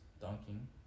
dunking